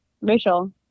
Rachel